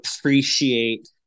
appreciate